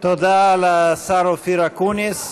תודה לשר אופיר אקוניס.